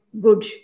good